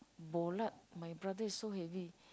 bo lah my brother is so heavy